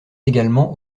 également